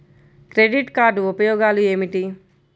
Credit card ఉపయోగాలు ఏమిటి?